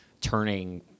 turning